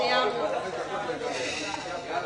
הישיבה ננעלה